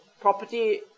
property